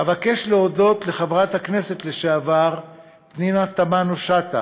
אבקש להודות לחברת הכנסת לשעבר פנינה תמנו שטה,